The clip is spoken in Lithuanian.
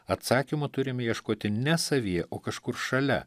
atsakymo turime ieškoti ne savyje o kažkur šalia